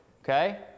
Okay